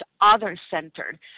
other-centered